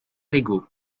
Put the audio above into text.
légaux